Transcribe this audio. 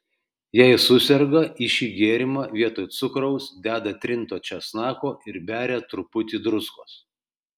jei suserga į šį gėrimą vietoj cukraus deda trinto česnako ir beria truputį druskos